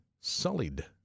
sullied